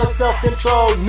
self-control